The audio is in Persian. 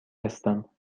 هستم